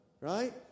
Right